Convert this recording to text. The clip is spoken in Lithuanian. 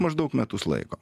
maždaug metus laiko